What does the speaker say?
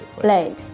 blade